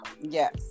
Yes